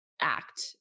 act